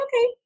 okay